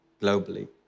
globally